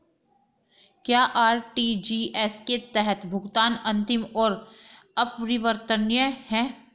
क्या आर.टी.जी.एस के तहत भुगतान अंतिम और अपरिवर्तनीय है?